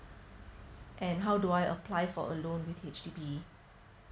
and how do I apply for a loan with H_D_B